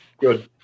good